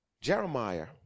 Jeremiah